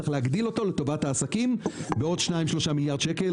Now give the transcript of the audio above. צריך להגדיל אותו לטובת העסקים בעוד 2-3 מיליארד ₪.